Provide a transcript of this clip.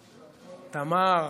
תמר,